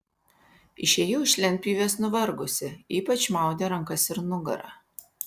išėjau iš lentpjūvės nuvargusi ypač maudė rankas ir nugarą